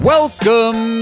Welcome